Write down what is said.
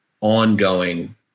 ongoing